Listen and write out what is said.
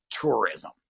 tourism